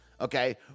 Okay